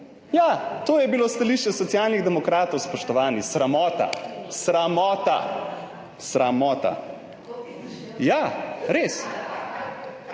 Ja, to je bilo stališče Socialnih demokratov, spoštovani! Sramota, sra-mo-ta! Sramota …/